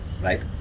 Right